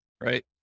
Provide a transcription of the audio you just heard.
Right